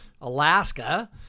Alaska